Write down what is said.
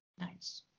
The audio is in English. Nice